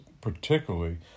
particularly